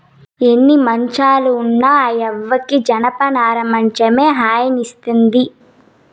ఎన్ని మంచాలు ఉన్న ఆ యవ్వకి జనపనార మంచమే హాయినిస్తాది